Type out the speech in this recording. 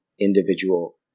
individual